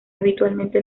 habitualmente